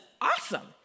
awesome